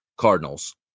Cardinals